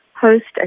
host